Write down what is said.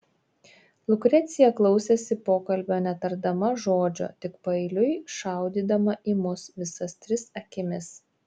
lukrecija klausėsi pokalbio netardama žodžio tik paeiliui šaudydama į mus visas tris akimis